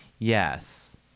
Yes